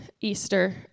Easter